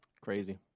Crazy